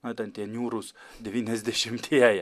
na ten tie niūrūs devyniasdešimtieji